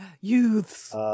youths